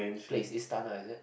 place Istana is it